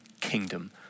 kingdom